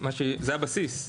זה הבסיס.